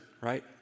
right